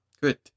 Good